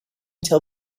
tell